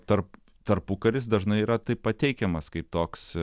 tarp tarpukaris dažnai yra taip pateikiamas kaip toks